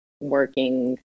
working